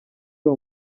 uyu